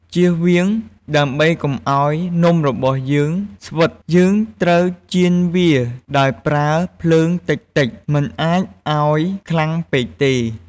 ចៀសវាង ដើម្បីកុំឱ្យនំរបស់យើងស្វិត យើងត្រូវចៀនវាដោយប្រើភ្លើងតិចៗ មិនអាចឱ្យខ្លាំងពេកទេ។